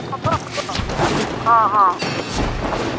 হ'ব হ'ব অ' অ'